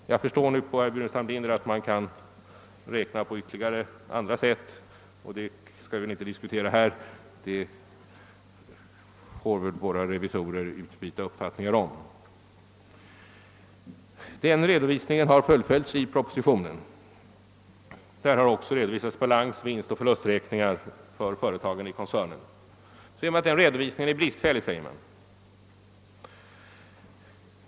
Efter vad herr Burenstam Linder sagt förstår jag att man kan räkna även på andra sätt, men det skall vi väl inte diskutera här — det får våra revisorer utbyta uppfattningar Redovisningen har fullföljts i propositionen. Där har också redovisats balansräkningar samt vinstoch förlusträkningar för företagen i koncernen. Den redovisningen är bristfällig, säger man.